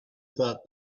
thought